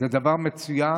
זה דבר מצוין,